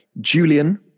Julian